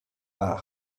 but